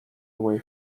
away